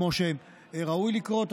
כמו שראוי לקרות.